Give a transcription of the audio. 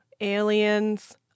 aliens